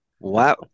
Wow